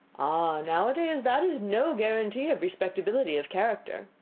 ah, nowadays that is no guarantee of respectability of character.